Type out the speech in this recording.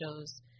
shows